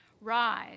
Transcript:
Rise